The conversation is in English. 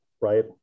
Right